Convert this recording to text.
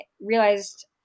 realized